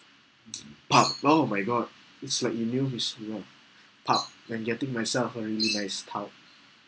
pub oh my god it's like you knew this the one pub and getting myself a really nice stout